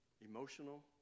emotional